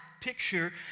picture